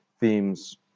themes